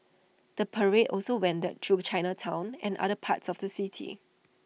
the parade also wended through Chinatown and other parts of the city